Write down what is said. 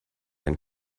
and